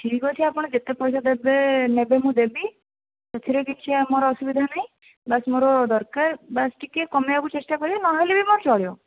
ଠିକ୍ ଅଛି ଆପଣ ଯେତେ ପଇସା ଦେବେ ନେବେ ମୁଁ ଦେବି ସେଥିରେ ମୋର କିଛି ଅସୁବିଧା ନାହିଁ ବାସ ମୋର ଦରକାର ବାସ ଟିକିଏ କମାଇବାକୁ ଚେଷ୍ଟା କରିବି ନହେଲେ ବି ମୋର ଚଳିବ